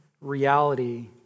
reality